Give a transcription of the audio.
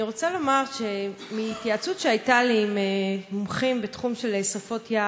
אני רוצה לומר שמהתייעצות שהייתה לי עם מומחים בתחום של שרפות יער,